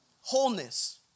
wholeness